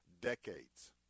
decades